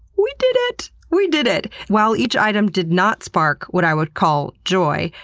we did it! we did it! while each item did not spark what i would call joy,